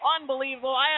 Unbelievable